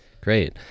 great